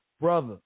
Brother